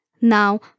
Now